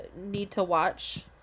need-to-watch